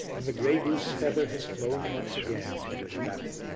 and the grey-goose feather has flown once again in english battle.